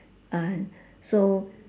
uh so